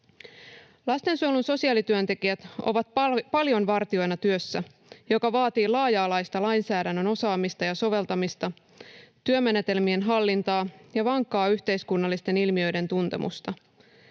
Lastensuojelun sosiaalityöntekijät ovat paljon vartijoina työssä, joka vaatii laaja-alaista lainsäädännön osaamista ja soveltamista, työmenetelmien hallintaa ja vankkaa yhteiskunnallisten ilmiöiden tuntemusta.